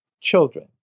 children